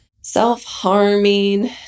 self-harming